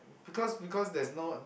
because because there's not